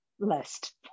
list